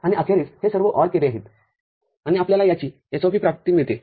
आणि अखेरीसहे सर्व OR केले आहेतआणि आपल्याला याची SOP प्राप्ती मिळते